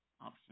option